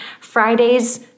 Fridays